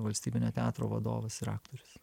valstybinio teatro vadovasir aktorius